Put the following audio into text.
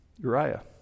Uriah